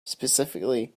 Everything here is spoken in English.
specifically